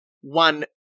one